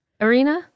arena